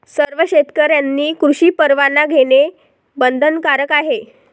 सर्व शेतकऱ्यांनी कृषी परवाना घेणे बंधनकारक आहे